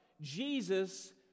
Jesus